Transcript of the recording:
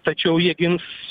tačiau jie gins